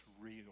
real